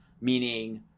meaning